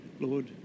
Lord